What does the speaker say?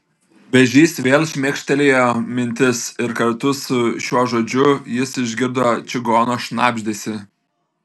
vėžys vėl šmėkštelėjo mintis ir kartu su šiuo žodžiu jis išgirdo čigono šnabždesį